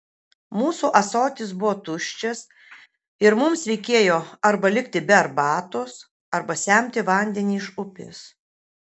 mūsų ąsotis buvo tuščias ir mums reikėjo arba likti be arbatos arba semti vandenį iš upės